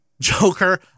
Joker